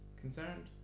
concerned